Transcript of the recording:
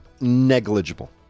negligible